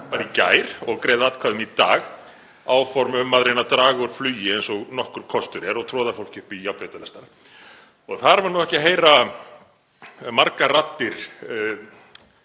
bara í gær, og greiðir atkvæði um í dag, áform um að reyna að draga úr flugi eins og nokkur kostur er og troða fólki upp í járnbrautarlestar. Þar var nú ekki að heyra margar raddir